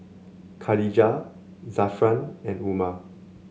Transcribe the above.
Khatijah Zafran and Umar